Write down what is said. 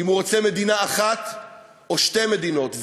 אם הוא רוצה מדינה אחת או שתי מדינות.